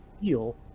feel